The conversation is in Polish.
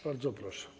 Bardzo proszę.